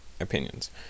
opinions